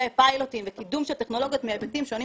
פיילוטים וקידום של טכנולוגיות מהיבטים שונים